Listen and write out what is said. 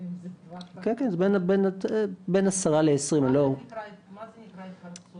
מה זה נקרא התפרצות?